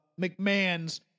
McMahons